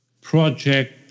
project